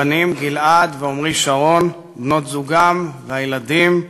הבנים גלעד ועמרי שרון, בנות-זוגם והילדים,